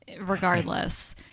regardless